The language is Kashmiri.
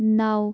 نَو